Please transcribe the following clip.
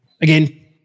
Again